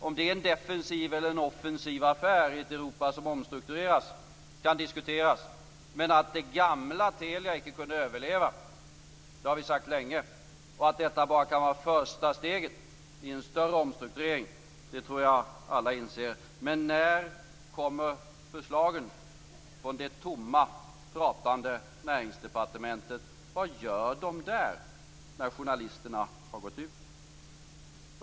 Om det är en defensiv eller en offensiv affär i ett Europa som omstruktureras kan diskuteras. Men att det gamla Telia icke kunde överleva har vi sagt länge. Att detta bara kan vara första steget i en större omstrukturering tror jag alla inser. Men när kommer förslagen från det tomma pratande Näringsdepartementet? Vad gör de där när journalisterna har gått ut?